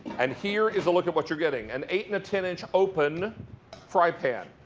and here is a look at what you are getting. an eight and ten inch open fry pan.